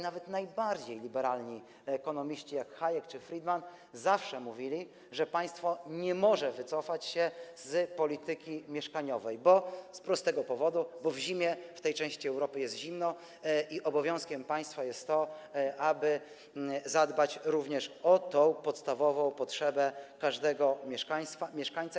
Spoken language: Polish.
Nawet najbardziej liberalni ekonomiści, jak Hayek czy Friedman, zawsze mówili, że państwo nie może wycofać się z polityki mieszkaniowej z prostego powodu: bo w zimie w tej części Europy jest zimno i obowiązkiem państwa jest to, aby zadbać również o tę podstawową potrzebę każdego mieszkańca.